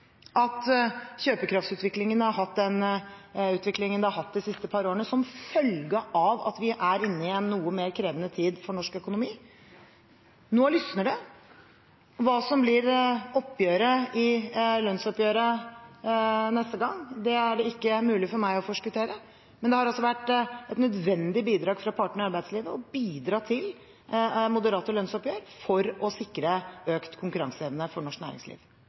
at kjøpekraftsutviklingen har vært slik den har vært de siste par årene, som følge av at vi er inne i en noe mer krevende tid for norsk økonomi. Nå lysner det. Hva som blir resultatet i lønnsoppgjøret neste gang, er det ikke mulig for meg å forskuttere, men det har vært nødvendig for partene i arbeidslivet å bidra til moderate lønnsoppgjør for å sikre økt konkurranseevne for norsk næringsliv.